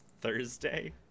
Thursday